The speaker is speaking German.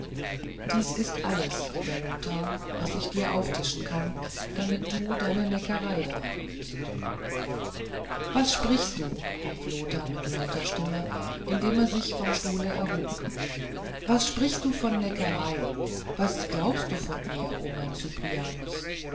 dies ist alles lieber lothar was ich dir auftischen kann damit du deine neckerei daran übest was sprichst du rief lothar mit lauter stimme indem er sich vom stuhle erhob was sprichst du von neckerei was glaubst du von mir o mein